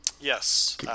yes